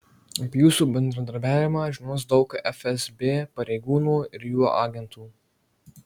apie jūsų bendradarbiavimą žinos daug fsb pareigūnų ir jų agentų